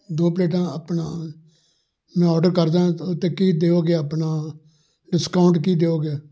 ਦੋ ਪਲੇਟਾਂ ਆਪਣਾ ਮੈਂ ਔਡਰ ਕਰਦਾਂ ਅਤੇ ਕੀ ਦਿਉਗੇ ਆਪਣਾ ਡਿਸਕਾਊਂਟ ਕੀ ਦਿਉਗੇ